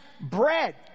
bread